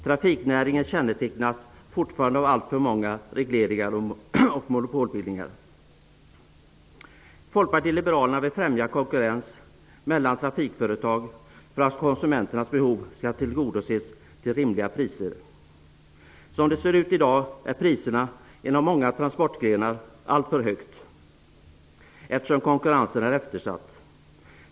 Trafiknäringen kännetecknas fortfarande av alltför många regleringar och monopolbildningar. Folkpartiet liberalerna vill främja konkurrens mellan trafikföretag för att konsumenternas behov skall tillgodoses till rimliga priser. Som det ser ut i dag är priserna inom många transportgrenar alltför höga, eftersom konkurrensen är eftersatt.